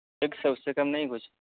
ایک سو اس سے کم نہیں کچھ